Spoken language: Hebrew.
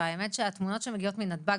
והאמת שהתמונות שמגיעות מנתב"ג,